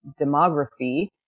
demography